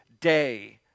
day